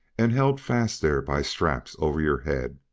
and held fast there by straps over your head,